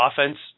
offense